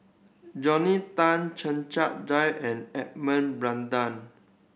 Rodney Tan Checha Davie and Edmund Blundell